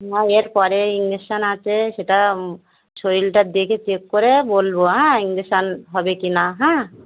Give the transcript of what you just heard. হ্যাঁ এরপরে ইঞ্জেকশান আছে সেটা শরীরটা দেখে চেক করে বলবো হ্যাঁ ইঞ্জেকশান হবে কি না হ্যাঁ